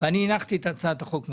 ואני הנחתי את הצעת החוק מחדש.